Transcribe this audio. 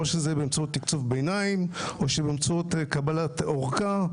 או שבאמצעות תקצוב ביניים או שבקבלת ארכה.